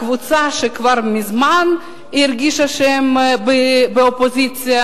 הקבוצה שכבר מזמן הרגישה שהיא באופוזיציה